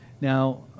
Now